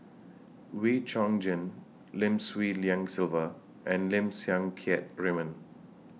Wee Chong Jin Lim Swee Lian Sylvia and Lim Siang Keat Raymond